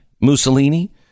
Mussolini